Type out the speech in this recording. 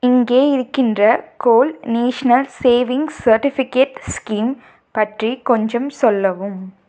இங்கே இருக்கின்ற gold national savings certificate scheme பற்றிக் கொஞ்சம் சொல்லவும்